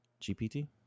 GPT